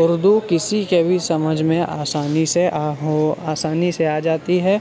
اردو کسی کے بھی سمجھ میں آسانی سے آ ہو آسانی سے آ جاتی ہے